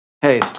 Hey